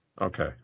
Okay